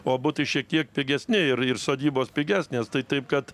o butai šiek tiek pigesni ir ir sodybos pigesnės tai taip kad